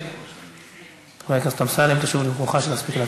אני אסכים.